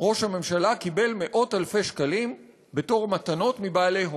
ראש הממשלה קיבל מאות-אלפי שקלים בתור מתנות מבעלי הון.